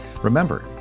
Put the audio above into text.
Remember